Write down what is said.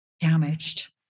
damaged